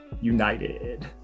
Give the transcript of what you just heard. united